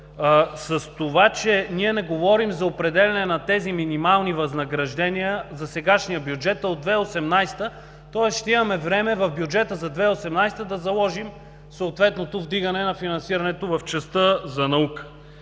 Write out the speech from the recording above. с това, че ние не говорим за определяне на тези минимални възнаграждения, за сегашния бюджет, а от 2018 г. Тоест, ще имаме време в бюджета за 2018 г. да заложим съответното вдигане на финансирането в частта за наука.